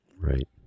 Right